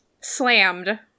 slammed